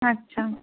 আচ্ছা